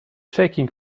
shaking